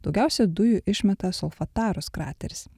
daugiausia dujų išmeta solfataros krateris